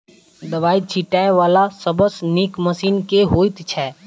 दवाई छीटै वला सबसँ नीक मशीन केँ होइ छै?